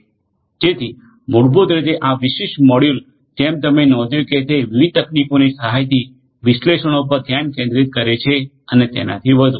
જેથી મૂળભૂત રીતે આ વિશિષ્ટ મોડ્યુલ જેમ તમે નોંધ્યું કે તે વિવિધ તકનીકોની સહાયથી વિશ્લેષણો પર ધ્યાન કેન્દ્રિત કરે છે અને તેનાથી વધુ